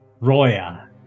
Roya